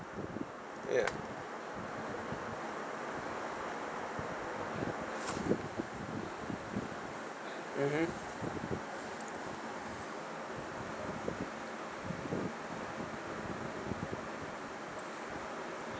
ya mmhmm